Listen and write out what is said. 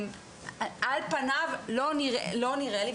על פניו לא נראה לי,